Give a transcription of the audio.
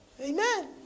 Amen